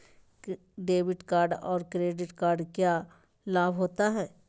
Debit card और credit card क्या लाभ होता है?